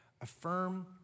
Affirm